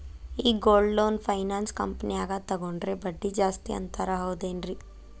ಈ gold loan finance ಕಂಪನ್ಯಾಗ ತಗೊಂಡ್ರೆ ಬಡ್ಡಿ ಜಾಸ್ತಿ ಅಂತಾರ ಹೌದೇನ್ರಿ?